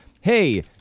hey